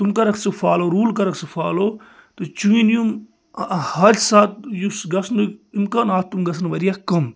تِم کَرَکھ ژٕ فالوٗ روٗل کَرَکھ ژٕ فالو تہٕ چٲنۍ یِم حٲدۍثاتھ یُس گَژھنُک اِمکانات تِم گَژھن وارِیاہ کَم